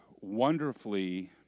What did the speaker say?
wonderfully